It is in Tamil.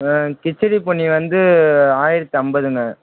கிச்சடி பொன்னி வந்து ஆயரத்து ஐம்பதுங்க